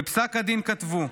בפסק הדין כתבו: